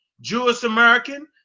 Jewish-American